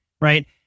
right